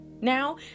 Now